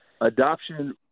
Adoption